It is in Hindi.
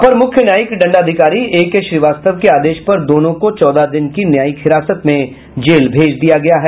अपर मुख्य न्यायिक दंडाधिकारी एकेश्रीवास्तव के आदेश पर दोनों को चौदह दिन की न्यायिक हिरासत में जेल भेज दिया गया है